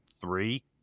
three